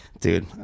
Dude